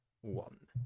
One